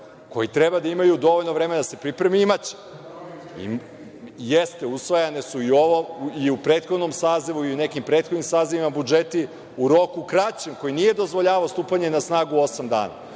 koji treba da imaju dovoljno vremena da se pripreme. I, imaće. Jeste, usvajane su i u prethodnom sazivu, i u nekim prethodnim sazivima budžeti u roku kraćem koji nije dozvoljavao stupanje na snagu osam dana,